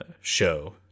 show